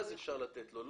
אז אפשר לתת לו.